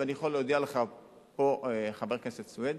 ואני יכול להודיע לך פה, חבר הכנסת סוייד,